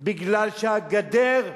כי הגדר,